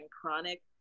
chronic